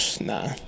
nah